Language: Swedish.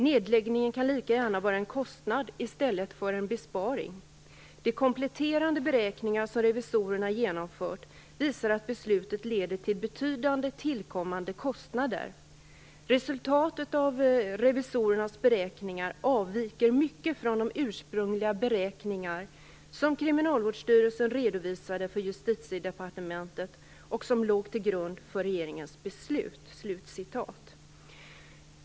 Nedläggningen kan innebära en kostnad i stället för en besparing. De kompletterande beräkningar som revisorerna genomfört visar att beslutet leder till betydande tillkommande kostnader. Resultatet av revisorernas beräkningar avviker mycket från de ursprungliga beräkningar som Kriminalvårdsstyrelsen redovisade för Justitiedepartementet och som låg till grund för regeringens beslut.